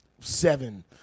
seven